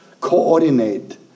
coordinate